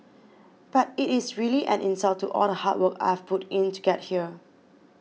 but it is really an insult to all the hard work I've put in to get here